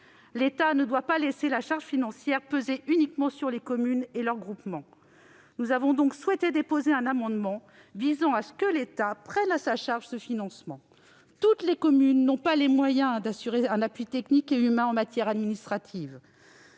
L'État ne doit pas laisser la charge financière peser uniquement sur les communes et leurs groupements. Nous avons donc souhaité déposer un amendement visant à ce que l'État prenne à sa charge ce financement. Toutes les communes n'ont pas les moyens d'assurer aux directeurs d'école un appui technique et humain en matière administrative.